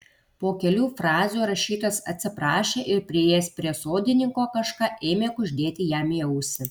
po kelių frazių rašytojas atsiprašė ir priėjęs prie sodininko kažką ėmė kuždėti jam į ausį